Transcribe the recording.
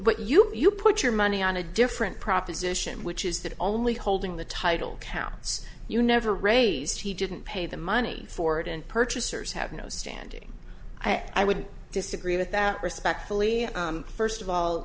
what you put your money on a different proposition which is that only holding the title counts you never raised he didn't pay the money forward and purchasers have no standing i would disagree with that respectfully first of all